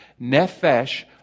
nefesh